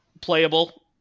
playable